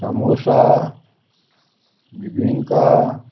samosa बिबीका